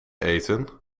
eten